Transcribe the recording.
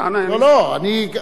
אני כמוך,